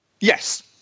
Yes